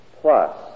plus